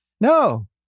No